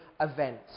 event